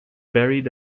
buried